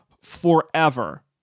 forever